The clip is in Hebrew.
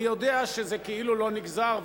אני יודע שזה כאילו לא נגזר,